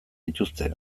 dituzte